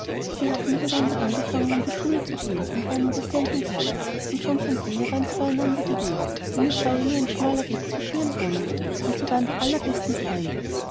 sie hatten miteinander angefangen in die schule zu gehen und waren in derselben klasse und schon von jeher waren sie immer beieinander gewesen denn es war ja nur ein schmaler weg zwischen ihren wohnungen und sie waren die allerbesten freunde